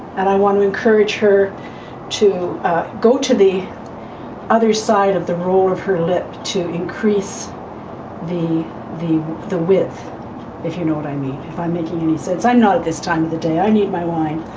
and i want to encourage her to go to the other side of the role of her lip to increase the the the width if you know what i mean if i'm making any sense. i'm not at this time of the day i need my wine.